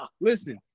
Listen